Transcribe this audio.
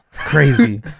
Crazy